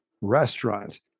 restaurants